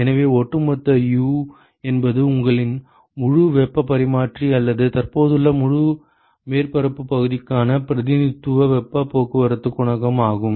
எனவே ஒட்டுமொத்த U என்பது உங்களின் முழு வெப்பப் பரிமாற்றி அல்லது தற்போதுள்ள முழு மேற்பரப்பு பகுதிக்கான பிரதிநிதித்துவ வெப்பப் போக்குவரத்துக் குணகம் ஆகும்